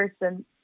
person